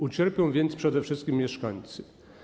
Ucierpią więc przede wszystkim mieszkańcy.